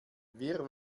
wir